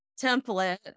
template